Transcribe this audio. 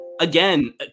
again